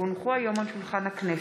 כי הונחו היום על שולחן הכנסת,